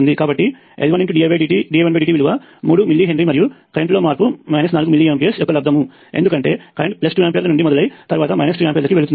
కాబట్టి L1dI1dtవిలువ 3 మిల్లీ హెన్రీమరియు కరెంట్లో మార్పు 4 మిల్లీ ఆంప్స్ యొక్క లబ్దము ఎందుకంటే కరెంట్ 2 ఆంపియర్లు నుండి మొదలై తరువాత 2 ఆంపియర్లు కి వెళుతుంది